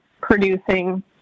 producing